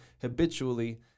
habitually